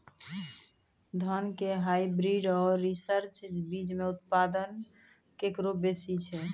धान के हाईब्रीड और रिसर्च बीज मे उत्पादन केकरो बेसी छै?